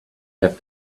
have